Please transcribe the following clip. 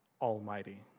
Almighty